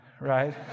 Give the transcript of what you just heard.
right